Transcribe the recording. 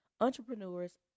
entrepreneurs